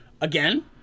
Again